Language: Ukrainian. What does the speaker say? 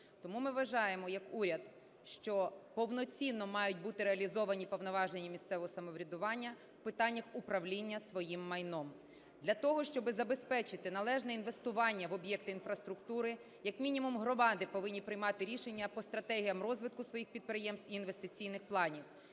Тому ми вважаємо як уряд, що повноцінно мають бути реалізовані повноваження місцевого самоврядування в питаннях управління своїм майном. Для того, щоб забезпечити належне інвестування в об'єкти інфраструктури, як мінімум громади повинні приймати рішення по стратегіям розвитку своїх підприємств і інвестиційних планів.